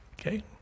Okay